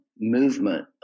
movement